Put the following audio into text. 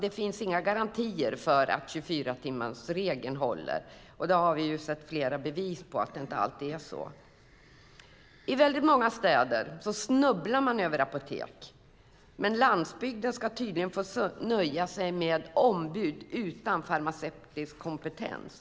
Det finns inga garantier för att 24-timmarsregeln håller. Vi har sett flera bevis på att det inte alltid fungerar. I många städer snubblar man över apotek, men landsbygden ska tydligen få nöja sig med ombud utan farmaceutisk kompetens.